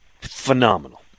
phenomenal